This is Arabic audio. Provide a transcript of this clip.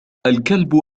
الكلب